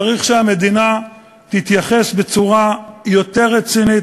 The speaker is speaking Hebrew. צריך שהמדינה תתייחס בצורה יותר רצינית